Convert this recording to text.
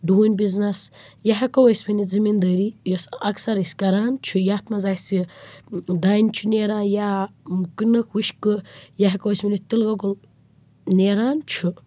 ڈوٗنۍ بِزنٮ۪س یا ہٮ۪کَو أسۍ ؤنِتھ زٔمیٖن دٲری یۄس اکثر أسۍ کران چھِ یَتھ منٛز اَسہِ دانہِ چھُ نیران یا کٕنٕک وُشقہٕ یا ہٮ۪کَو أسۍ ؤنِتھ تِل گۄگُل نیران چھُ